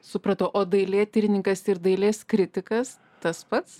supratau o dailėtyrininkas ir dailės kritikas tas pats